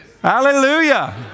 Hallelujah